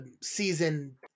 season